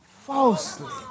falsely